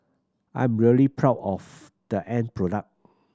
I am really proud of the end product